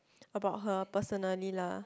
about her personally lah